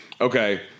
okay